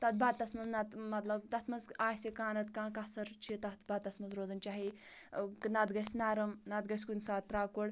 تَتھ بَتَس منٛز نہ تہٕ مطلب تَتھ منٛز آسہِ کانٛہہ نَہ تہٕ کانٛہہ کَسر چھِ تَتھ بَتَس منٛز روزان چاہے ٲں نَہ تہٕ گژھہِ نَرٕم نہ تہٕ گژھہِ کُنہِ ساتہٕ ترٛکُر